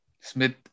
Smith